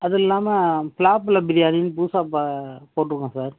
அது இல்லாமல் பலாப்பழம் பிரியாணின்னு புதுசாக இப்போ போட்டுருக்கோம் சார்